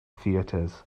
theatres